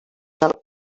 del